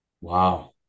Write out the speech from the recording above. wow